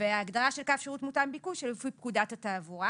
וההגדרה של קו שירות מותאם ביקוש היא לפי פקודת התעבורה,